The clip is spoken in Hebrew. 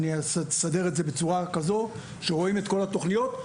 אני אסדר בצורה כזו שרואים את כל התוכניות.